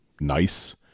nice